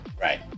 Right